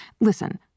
listen